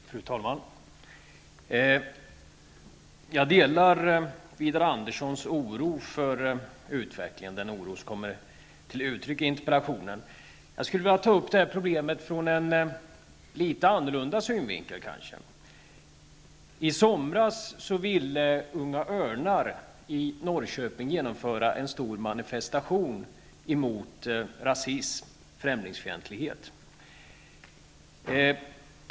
Fru talman! Jag delar Widar Anderssons oro för utvecklingen, den oro som kommer till uttryck i interpellationen. Jag skulle vilja ta upp problemet från en något annorlunda synvinkel. I somras ville Unga örnar i Norrköping genomföra en stor manifestation mot rasism och främlingsfientlighet.